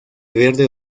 verde